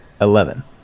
Eleven